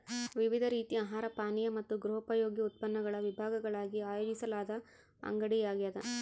ವಿವಿಧ ರೀತಿಯ ಆಹಾರ ಪಾನೀಯ ಮತ್ತು ಗೃಹೋಪಯೋಗಿ ಉತ್ಪನ್ನಗಳ ವಿಭಾಗಗಳಾಗಿ ಆಯೋಜಿಸಲಾದ ಅಂಗಡಿಯಾಗ್ಯದ